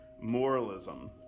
moralism